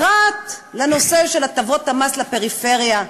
פרט לנושא של הטבות המס לפריפריה,